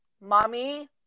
mommy